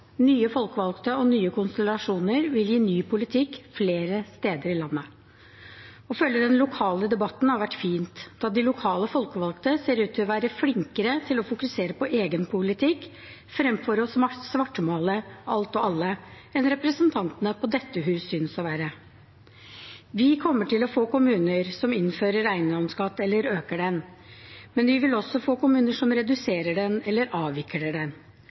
Nye folkevalgte og nye konstellasjoner vil gi ny politikk flere steder i landet. Å følge den lokale debatten har vært fint, da de lokale folkevalgte ser ut til å være flinkere til å fokusere på egen politikk fremfor å svartmale alt og alle enn det representantene på dette hus synes å være. Vi kommer til å få kommuner som innfører eiendomsskatt eller øker den, men vi vil også få kommuner som reduserer den eller avvikler den.